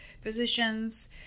Physicians